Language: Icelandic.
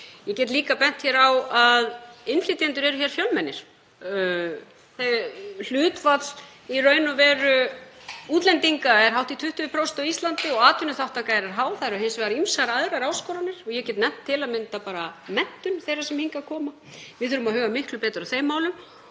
Ég get líka bent á að innflytjendur eru hér fjölmennir. Hlutfall útlendinga er hátt í 20% á Íslandi og atvinnuþátttaka þeirra er há. Það eru hins vegar ýmsar aðrar áskoranir, ég get nefnt til að mynda menntun þeirra sem hingað koma. Við þurfum að huga miklu betur að þeim málum